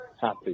happy